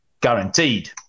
guaranteed